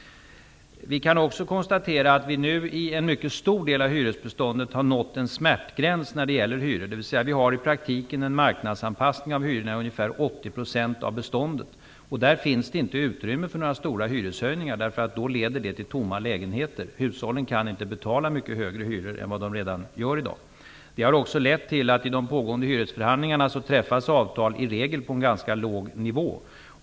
Vi kan också konstatera att man i en mycket stor del av hyresbeståndet har nått en smärtgräns när det gäller hyror. I praktiken har vi en marknadsanpassning av hyrorna i ungefär 80 % av beståndet. Där finns det inte utrymme för några stora hyreshöjningar. Det skulle leda till tomma lägenheter. Hushållen kan inte betala mycket högre hyror än vad de redan gör i dag. Det har också lett till att i de pågående hyresförhandlingarna träffas avtal i regel på en ganska låg nivå.